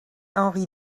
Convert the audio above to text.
henri